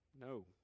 No